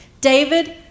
David